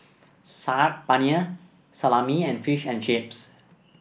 Saag Paneer Salami and Fish and Chips